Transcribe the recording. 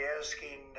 asking